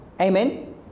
Amen